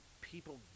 people